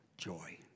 joy